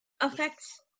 affects